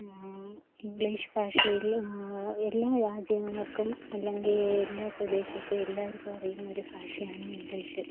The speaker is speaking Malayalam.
ഇങ്ക്ളീഷ് ഭാഷയില് എല്ലാ രാജ്യങ്ങൾക്കും അല്ലെങ്കില് എല്ലാ പ്രദേശത്തും എല്ലാവർക്കുമറിയുന്നൊരു ഭാഷയാണ് ഇങ്ക്ളീഷ്